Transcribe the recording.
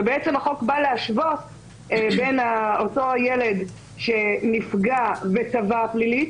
ובעצם החוק בא להשוות בין אותו ילד שנפגע ותבע פלילית,